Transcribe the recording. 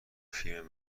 فیلم